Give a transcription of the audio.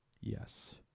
Yes